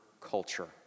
culture